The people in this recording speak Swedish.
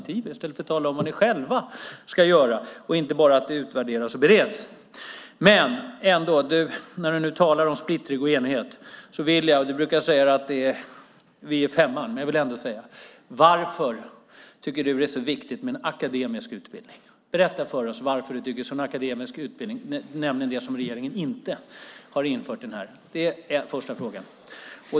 Detta gör ni i stället för att tala om vad ni själva ska göra och inte bara tala om att det utvärderas och bereds. När du nu talar om splittring och enighet vill jag ändå ställa en fråga. Du brukar säga att det är Vi i femman . Varför tycker du att det är så viktigt med en akademisk utbildning? Berätta för oss varför du tycker det. Det är nämligen det som regeringen inte har infört. Det är den första frågan.